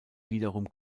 wiederum